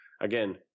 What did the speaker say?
again